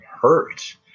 hurt